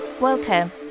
Welcome